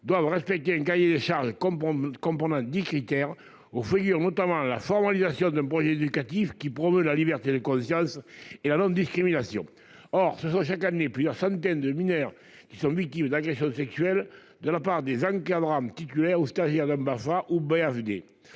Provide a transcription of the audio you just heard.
doivent respecter un cahier des charges comme bon comprendre. Critères où figure notamment la formalisation d'un projet éducatif qui promeut la liberté de conscience et la non-discrimination, or ce sont chaque année plusieurs centaines de mineurs qui sont victimes d'agressions sexuelles de la part des ânes qui Abraham titulaires ou stagiaires dame Barbara ou